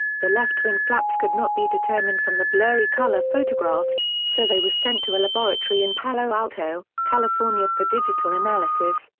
the left wing flaps could not be determined from the blurry color photographs, so they were sent to a laboratory in palo alto, california for digital analysis,